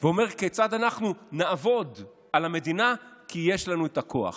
ואומר כיצד אנחנו נעבוד על המדינה כי יש לנו את הכוח.